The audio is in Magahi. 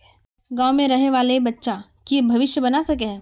गाँव में रहे वाले बच्चा की भविष्य बन सके?